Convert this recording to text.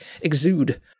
exude